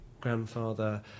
grandfather